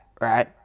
right